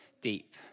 deep